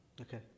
okay